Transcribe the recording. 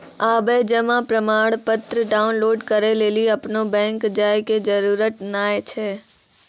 आबे जमा प्रमाणपत्र डाउनलोड करै लेली अपनो बैंक जाय के जरुरत नाय छै